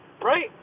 right